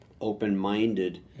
open-minded